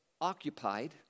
occupied